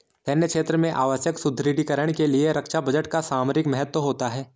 सैन्य क्षेत्र में आवश्यक सुदृढ़ीकरण के लिए रक्षा बजट का सामरिक महत्व होता है